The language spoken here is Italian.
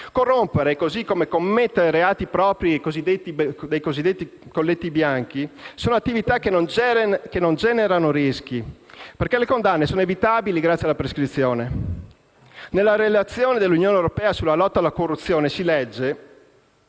Corrompere, così come commettere i reati propri dei «colletti bianchi», è un'attività che non genera rischi, perché le condanne sono evitabili grazie alla prescrizione. Nella relazione dell'Unione europea sulla lotta alla corruzione si legge: